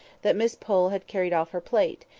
that miss pole had carried off her plate,